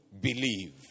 believe